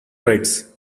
rites